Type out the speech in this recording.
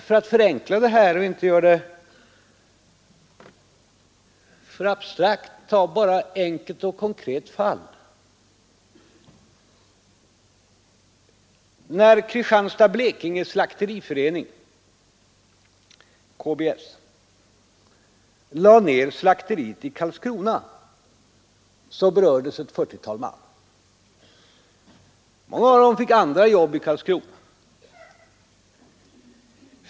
För att förenkla det hela skall jag beskriva ett konkret fall. När Kristianstad-Blekinge Slakteriförening, KBS, lade ner slakteriet i Karlskrona, berördes ett 40-tal man. Många av dem fick andra jobb i Karlskrona.